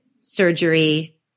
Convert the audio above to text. surgery